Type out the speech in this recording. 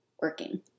working